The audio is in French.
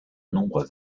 nombre